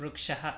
वृक्षः